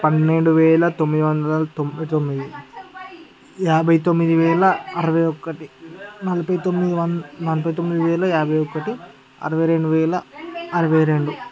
పన్నెండు వేల తొమ్మిది వందల తొంభై తొమ్మిది యాభై తొమ్మిది వేల అరవై ఒకటి నలభై తొమ్మిది వన్ నలభై తొమ్మిది వేల యాభై ఒకటి అరవై రెండు వేల అరవై రెండు